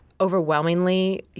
overwhelmingly